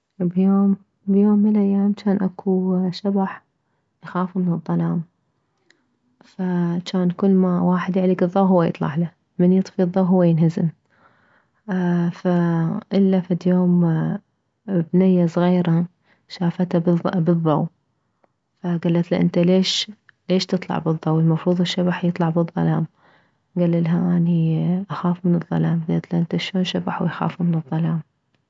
بيوم بيوم من الايام جان اكو شبح يخاف من الظلام فجان كلما واحد يعلك الضو هو يطلعله من يطفي الضو هو ينهزم فالا فد يوم بنية صغيرة شافته بالضو فكلتله انت ليش ليش تطلع بالضو المفروض الشبح يطلع بالظلام كللها اني اخاف من الظلام كلتله انت شلون شبح ويخاف من الظلام